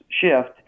shift